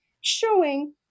showing